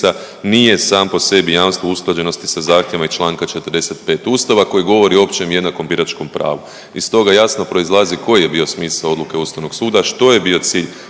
nije sam po sebi jamstvo usklađenosti sa zahtjevima iz čl. 45. Ustava koji govori o općem jednakom biračkom pravu. Iz toga jasno proizlazi koji je bio smisao odluke Ustavnog suda, što je bio cilj